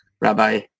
rabbi